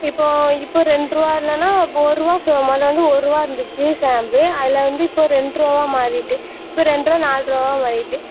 இப்போது இப்போது ரெண்டு ரூபா இல்லைனா இப்போ ஒருரூவா சோ மொதல் வந்து ஒரு ரூபா இருந்துச்சு ஷாம்பு அதில் வந்து இப்போ ரெண்டு ரூபாவா மாறிகிட்டு இப்போ ரெண்டு ரூபா நால் ரூபாவா மாறிகிட்டு